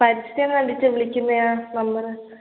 പരസ്യം കണ്ടിട്ട് വിളിക്കുന്നതാണ് നമ്പർ